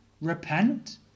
repent